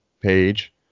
page